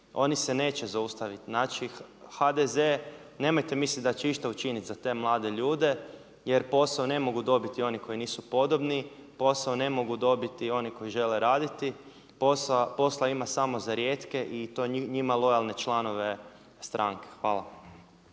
oni se neće zaustaviti. Znači, HDZ nemojte mislit da će išta učinit za te mlade ljude jer posao ne mogu dobiti oni koji nisu podobni, posao ne mogu dobiti oni koji žele raditi. Posla ima samo za rijetke i to njima lojalne članove stranke. Hvala.